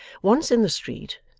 once in the street,